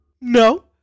no